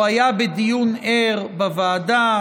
או היה בדיון ער בוועדה,